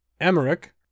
Emmerich